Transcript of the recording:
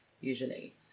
usually